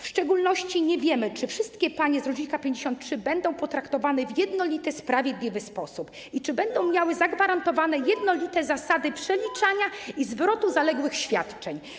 W szczególności nie wiemy, czy wszystkie panie z rocznika 1953 będą potraktowane w jednolity, sprawiedliwy sposób i czy będą miały zagwarantowane jednolite zasady przeliczania i zwrotu zaległych świadczeń.